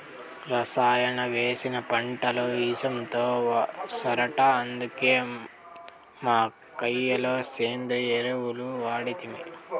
రసాయనాలు వేసిన పంటలు ఇసంతో సరట అందుకే మా కయ్య లో సేంద్రియ ఎరువులు వాడితిమి